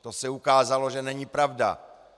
To se ukázalo, že není pravda.